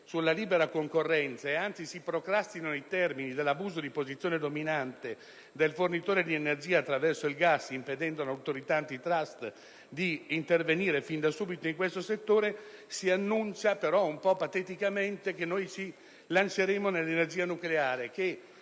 sulla libera concorrenza e anzi si procrastinano i termini dell'abuso di posizione dominante del fornitore di energia attraverso il gas, impedendo all'Autorità antitrust di intervenire fin da subito in questo settore. Tuttavia, si annuncia un po' pateticamente che ci lanceremo nell'energia nucleare